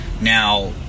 Now